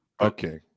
Okay